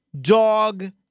dog